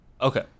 Okay